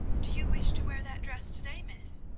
do you wish to wear that dress to-day, miss?